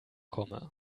komme